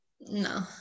no